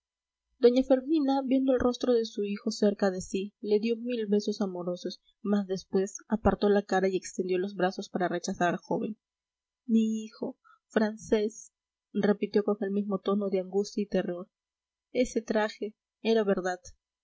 doña fermina viendo el rostro de su hijo cerca de sí le dio mil besos amorosos mas después apartó la cara y extendió los brazos para rechazar al joven mi hijo francés repitió con el mismo tono de angustia y terror ese traje era verdad